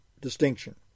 distinction